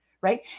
right